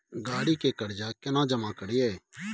गाड़ी के कर्जा केना जमा करिए?